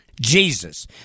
Jesus